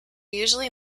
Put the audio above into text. usually